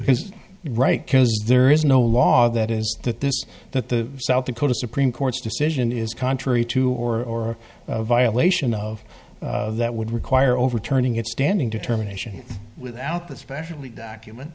because right because there is no law that is that this that the south dakota supreme court's decision is contrary to or violation of that would require overturning it standing determination without the specially document